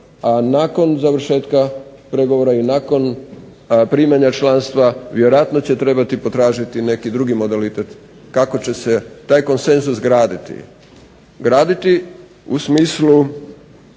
a nakon završetka pregovora i nakon primanja članstva vjerojatno će trebati potražiti neki drugi modalitet kako će se taj konsenzus graditi u smislu